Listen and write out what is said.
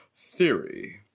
Theory